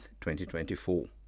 2024